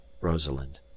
Rosalind